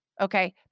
okay